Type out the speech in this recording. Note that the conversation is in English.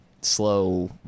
slow